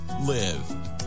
live